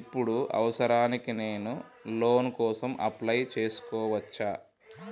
ఇప్పుడు అవసరానికి నేను లోన్ కోసం అప్లయ్ చేస్కోవచ్చా?